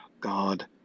God